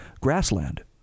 grassland